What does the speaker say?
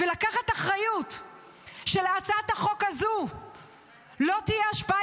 ולקחת אחריות שלהצעת החוק הזו לא תהיה השפעה